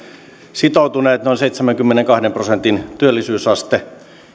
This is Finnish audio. sitoutuneet noin seitsemänkymmenenkahden prosentin työllisyysaste